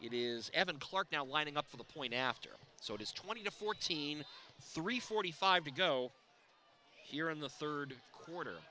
it is evan clark now lining up for the point after so it is twenty to fourteen three forty five to go here in the third quarter